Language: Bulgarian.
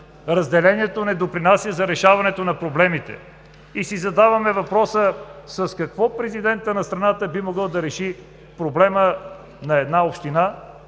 Разделението не допринася за решаването на проблемите. И си задаваме въпроса: как президентът на страната може да реши проблеми на една община,